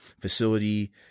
facility